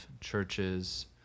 churches